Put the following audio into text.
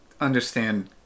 understand